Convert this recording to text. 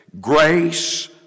grace